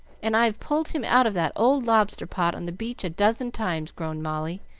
and i've pulled him out of that old lobster-pot on the beach a dozen times, groaned molly,